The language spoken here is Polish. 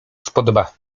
spodoba